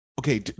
Okay